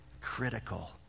Critical